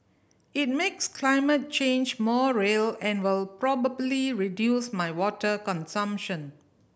it makes climate change more real and will probably reduce my water consumption